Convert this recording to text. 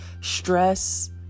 stress